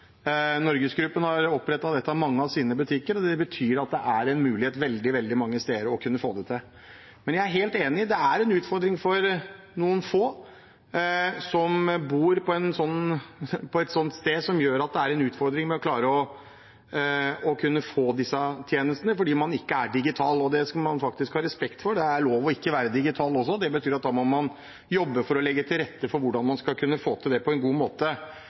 NorgesGruppen har opprettet det i mange av sine butikker. Det betyr at det er en mulighet veldig mange steder til å få det til. Men jeg er helt enig. Det er en utfordring for noen få som bor et sted der det er en utfordring å klare å få disse tjenestene fordi man ikke er digital. Det skal man faktisk ha respekt for. Det er lov å ikke være digital. Det betyr at da må man jobbe for å legge til rette for hvordan man skal kunne få det til på en god måte.